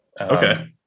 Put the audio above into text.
Okay